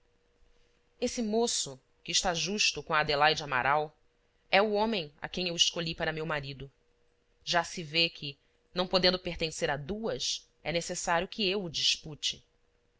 esse moço que está justo com a adelaide amaral é o homem a quem eu escolhi para meu marido já se vê que não podendo pertencer a duas é necessário que eu o dispute